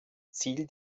ziel